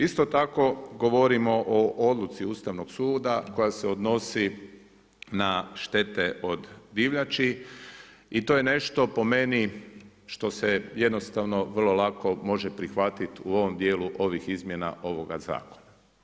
Isto tako govorimo o odluci Ustavnog suda koja se odnos na štete od divljači i to je nešto po meni što se jednostavno vrlo lako može prihvatit u ovom dijelu ovih izmjena ovoga zakona.